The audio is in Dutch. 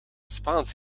spaans